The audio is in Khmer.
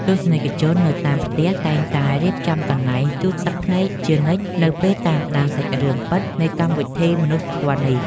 ទស្សនិកជននៅតាមផ្ទះតែងតែរៀបចំកន្សែងជូតទឹកភ្នែកជានិច្ចនៅពេលតាមដានសាច់រឿងពិតនៃកម្មវិធីមនុស្សធម៌នេះ។